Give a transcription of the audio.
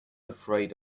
afraid